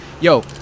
yo